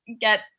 get